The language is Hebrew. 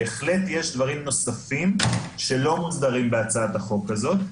בהחלט יש דברים נוספים שלא מוסדרים בהצעת החוק הזאת.